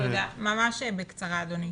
אדוני,